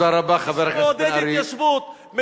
שמעודד התיישבות.